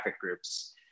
groups